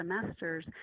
semesters